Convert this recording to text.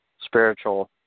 spiritual